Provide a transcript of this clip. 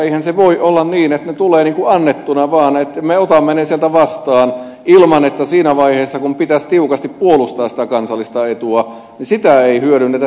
eihän se voi olla niin että ne tulevat annettuina vain että me otamme ne sieltä vastaan ilman että siinä vaiheessa kun pitäisi tiukasti puolustaa sitä kansallista etua sitä mahdollisuutta ei hyödynnetä